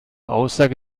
aussage